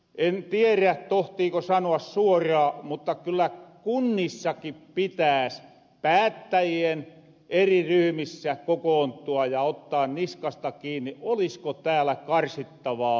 en tierä tohtiiko sanoa suoraa mutta kyllä kunnissakin pitääs päättäjien eri ryhmissä kokoontua ja ottaa niskasta kiinni olisko täällä karsittavaa